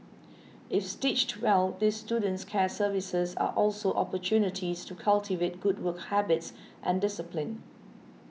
if stitched well these student care services are also opportunities to cultivate good work habits and discipline